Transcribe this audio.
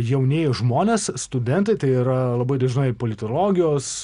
jaunieji žmonės studentai tai yra labai dažnai politologijos